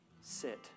Sit